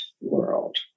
world